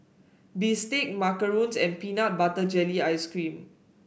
bistake macarons and Peanut Butter Jelly Ice cream